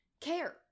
care